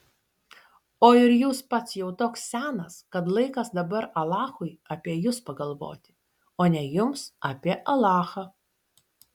o ir jūs pats jau toks senas kad laikas dabar alachui apie jus pagalvoti o ne jums apie alachą